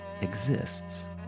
exists